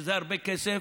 שזה הרבה כסף,